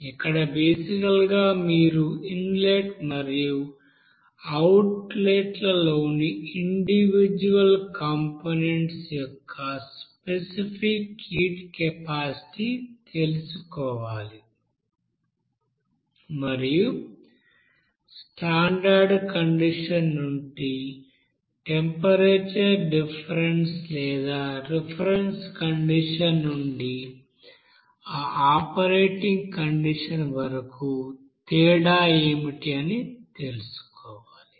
ఇక్కడ బేసికల్ గా మీరు ఇన్లెట్ మరియు అవుట్లెట్లోని ఇండివిజుఅల్ కంపోనెంట్స్ యొక్క స్పెసిఫిక్ హీట్ కెపాసిటీ తెలుసుకోవాలి మరియు స్టాండర్డ్ కండిషన్ నుండి టెంపరేచర్ డిఫరెన్స్ లేదా రిఫరెన్స్ కండిషన్ నుండి ఆ ఆపరేటింగ్ కండిషన్ వరకు తేడా ఏమిటి అని తెలుసుకోవాలి